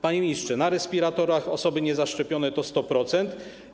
Panie ministrze, pod respiratorami osoby niezaszczepione to 100%.